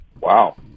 Wow